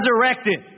resurrected